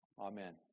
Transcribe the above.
amen